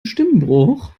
stimmbruch